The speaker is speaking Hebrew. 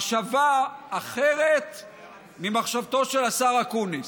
מחשבה אחרת ממחשבתו של השר אקוניס.